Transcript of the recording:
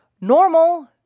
Normal